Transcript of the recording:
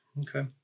Okay